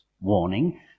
warning